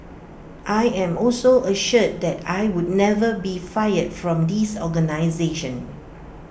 I am also assured that I would never be fired from this organisation